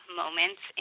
moments